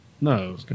No